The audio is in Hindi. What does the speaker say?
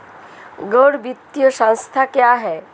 गैर वित्तीय संस्था क्या है?